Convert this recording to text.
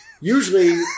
usually –